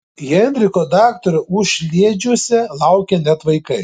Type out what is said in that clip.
henriko daktaro užliedžiuose laukia net vaikai